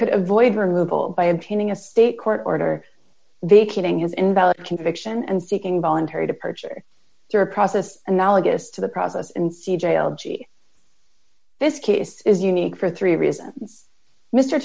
could avoid removal by obtaining a state court order vacating his invalid conviction and seeking voluntary departure through a process analogous to the process and see jail gee this case is unique for three reasons mr